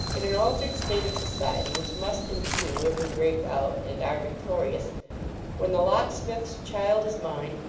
in an altered state of society which must ensue if we break out and are victorious when the locksmith's child is mine,